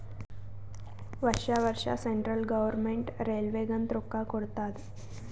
ವರ್ಷಾ ವರ್ಷಾ central government ರೈಲ್ವೇಗ ಅಂತ್ ರೊಕ್ಕಾ ಕೊಡ್ತಾದ್